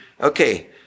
Okay